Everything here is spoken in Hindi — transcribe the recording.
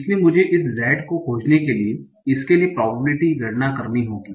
इसलिए मुझे इस Z को खोजने के लिए इसके लिए प्रोबेबिलिटी की गणना करनी होगी